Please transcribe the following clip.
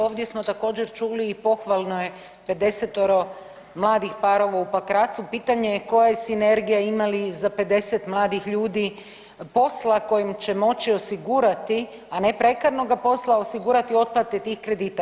Ovdje smo također, čuli i pohvalno je, 50-oro mladih parova u Pakracu, pitanje je koja je sinergija i ima li za 50 mladih ljudi posla kojim će moći osigurati, a ne prekarnoga posla, osigurati otplate tih kredita.